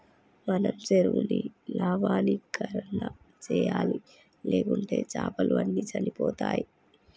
మన చెరువుని లవణీకరణ చేయాలి, లేకుంటే చాపలు అన్ని చనిపోతయ్